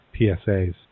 PSAs